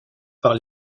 par